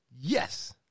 Yes